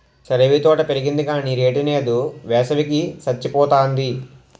సరేవీ తోట పెరిగింది గాని రేటు నేదు, వేసవి కి సచ్చిపోతాంది